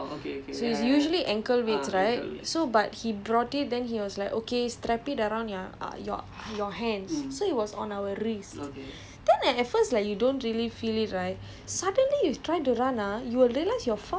weights so it was like you know the weights where you can wrap around either your leg so it's usually ankle weights right so but he brought it then he was like okay strap it around your ah your your hands so it was on our wrist